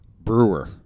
Brewer